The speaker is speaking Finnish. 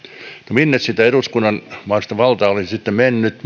minne muualle sitä eduskunnan mahdollista valtaa olisi sitten mennyt